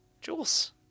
Jules